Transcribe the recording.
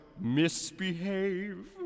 misbehave